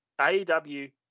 AEW